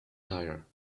tire